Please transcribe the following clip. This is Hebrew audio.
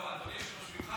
אדוני היושב-ראש,